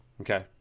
Okay